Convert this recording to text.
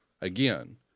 again